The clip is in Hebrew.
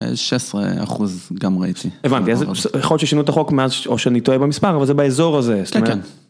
16 אחוז, גם ראיתי. הבנתי, יכול להיות ששינו את החוק מאז או שאני טועה במספר, אבל זה באזור הזה, סליחה.